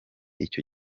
icyo